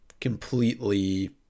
completely